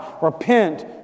Repent